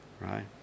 Right